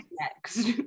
next